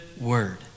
word